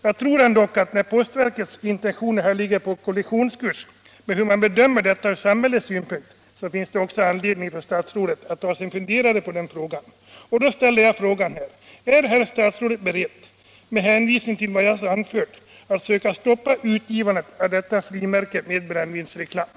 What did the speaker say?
Jag tror ändock att när postverkets intentioner här ligger på kollisionskurs med samhällets syn på alkoholbruket så finns det anledning för statsrådet att ta sig en allvarlig funderare på detta, och jag ställer frågan: Är herr statsrådet beredd, med hänvisning till vad jag anfört, att söka stoppa utgivandet av detta frimärke med brännvinsreklam?